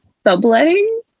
subletting